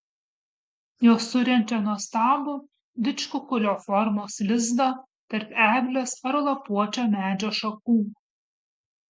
jos surenčia nuostabų didžkukulio formos lizdą tarp eglės ar lapuočio medžio šakų